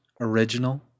original